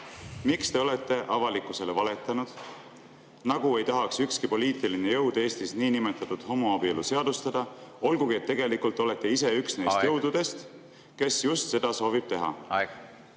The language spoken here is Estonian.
Miks te olete avalikkusele valetanud, nagu ei tahaks ükski poliitiline jõud Eestis niinimetatud homoabielu seadustada, olgugi et tegelikult olete te ise üks neist jõududest … Aeg! … kes just seda soovib teha? …